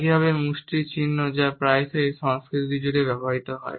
একইভাবে মুষ্টির চিহ্ন যা প্রায়শই সংস্কৃতি জুড়ে ব্যবহৃত হয়